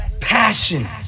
passion